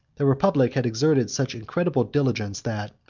the republic had exerted such incredible diligence, that,